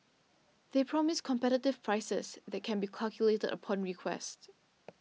they promise competitive prices they can be calculated upon request